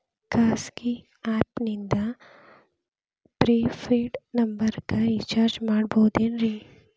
ಖಾಸಗಿ ಆ್ಯಪ್ ನಿಂದ prepaid ನಂಬರಿಗ ರೇಚಾರ್ಜ್ ಮಾಡಬಹುದೇನ್ರಿ?